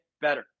better